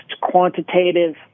quantitative